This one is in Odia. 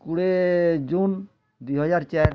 କୋଡ଼ିଏ ଜୁନ ଦୁଇହଜାର ଚାରି